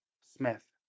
Smith